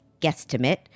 guesstimate